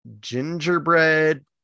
gingerbread